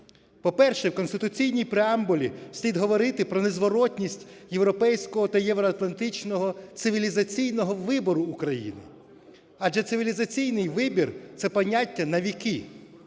По-перше, в конституційній преамбулі слід говорити про незворотність європейського та євроатлантичного цивілізаційного вибору України. Адже цивілізаційний вибір – це поняття на віки,